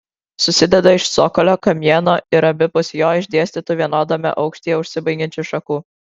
susideda iš cokolio kamieno ir abipus jo išdėstytų vienodame aukštyje užsibaigiančių šakų